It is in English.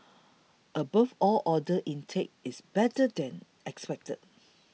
above all order intake is better than expected